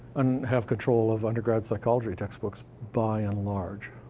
and have control of undergrad psychology textbooks, by and large.